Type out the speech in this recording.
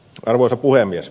arvoisa puhemies